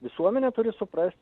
visuomenė turi suprasti